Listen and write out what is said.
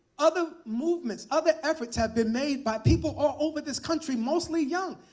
other movements other efforts have been made by people all over this country, mostly young.